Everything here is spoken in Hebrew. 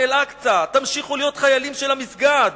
אל-אקצא"; "תמשיכו להיות חיילים של המסגד,